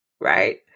right